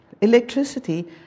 electricity